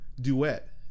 duet